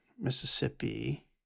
Mississippi